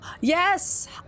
Yes